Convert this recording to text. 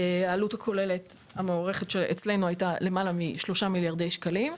העלות הכוללת המוערכת אצלנו הייתה למעלה מ-3 מיליארדי שקלים,